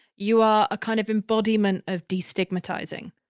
you are a kind of embodiment of de-stigmatizing.